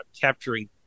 capturing